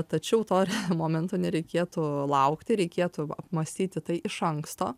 tačiau to momento nereikėtų laukti reikėtų apmąstyti tai iš anksto